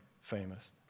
famous